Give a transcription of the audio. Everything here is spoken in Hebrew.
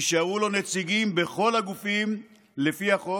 יישארו לו נציגים בכל הגופים לפי החוק,